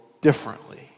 differently